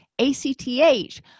ACTH